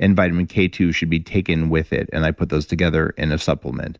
and vitamin k two should be taken with it, and i put those together in a supplement,